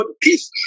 peace